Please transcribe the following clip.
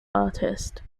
artist